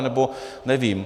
Nebo nevím.